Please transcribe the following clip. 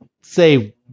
say